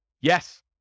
Yes